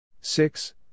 Six